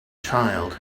child